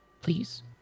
please